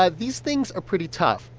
ah these things are pretty tough.